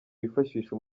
wifashishe